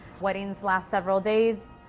weddings last several days.